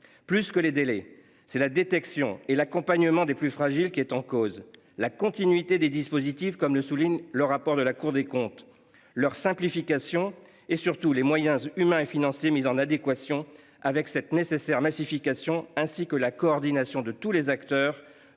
plus que les délais, c'est la détection et l'accompagnement des plus fragiles, qui est en cause la continuité des dispositifs comme le souligne le rapport de la Cour des comptes leur simplification et surtout les moyens humains et financiers mis en adéquation avec cette nécessaire massification ainsi que la coordination de tous les acteurs